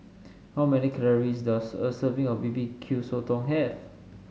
how many calories does a serving of B B Q Sotong have